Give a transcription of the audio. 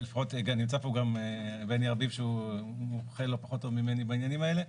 נמצא כאן גם בני ארביב שהוא מומחה לא פחות טוב ממני בעניינים האלה.